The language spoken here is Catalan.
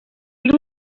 tinc